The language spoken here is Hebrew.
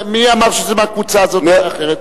מי אמר שזה מהקבוצה הזאת ולא אחרת?